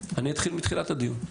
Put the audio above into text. אני אתחיל מתחילת הדיון.